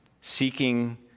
seeking